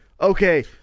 okay